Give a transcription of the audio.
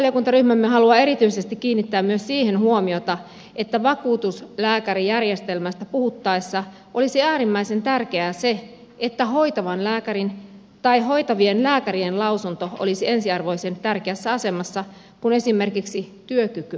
lopuksi valiokuntaryhmämme haluaa erityisesti kiinnittää huomiota myös siihen että vakuutuslääkärijärjestelmästä puhuttaessa olisi äärimmäisen tärkeää se että hoitavan lääkärin tai hoitavien lääkärien lausunto olisi ensiarvoisen tärkeässä asemassa kun esimerkiksi työkykyä arvioidaan